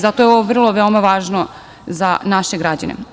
Zato je ovo veoma važno za naše građane.